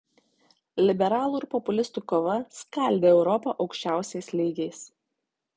liberalų ir populistų kova skaldė europą aukščiausiais lygiais